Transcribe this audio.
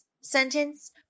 sentence